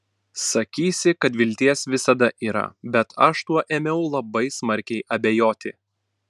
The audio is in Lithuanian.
sakysi kad vilties visada yra bet aš tuo ėmiau labai smarkiai abejoti